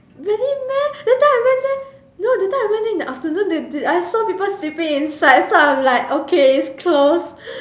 really meh that time I went there no that time I went there in the afternoon they they I saw people sleeping inside so I'm like okay it's closed